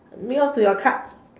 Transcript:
near to your card